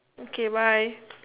okay bye